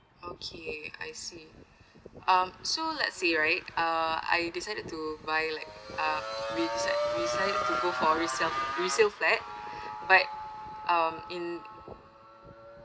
okay I see um so let's say right uh I decided to buy like uh w decide we decided to go for resale resale flat but um in